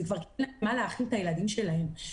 זה כבר במה להאכיל את הילדים שלהם.